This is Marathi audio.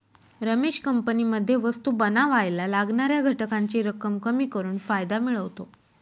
रमेश कंपनीमध्ये वस्तु बनावायला लागणाऱ्या घटकांची रक्कम कमी करून फायदा मिळवतो